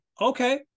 okay